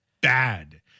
bad